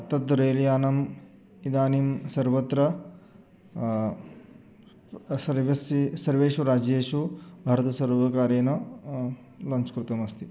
तद् रेल्यानम् इदानीं सर्वत्र सर्वसि सर्वेषु राज्येषु भारतसर्वकारेण लाञ्च् कृतमस्ति